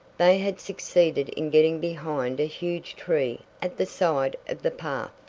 they had succeeded in getting behind a huge tree at the side of the path.